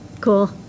Cool